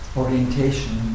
orientation